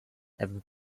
ever